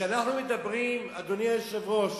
כשאנחנו מדברים, אדוני היושב-ראש,